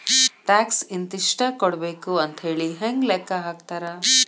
Tax ಇಂತಿಷ್ಟ ಕೊಡ್ಬೇಕ್ ಅಂಥೇಳಿ ಹೆಂಗ್ ಲೆಕ್ಕಾ ಹಾಕ್ತಾರ?